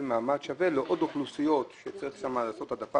מעמד שווה לעוד אוכלוסיות בהן צריך לעשות העדפה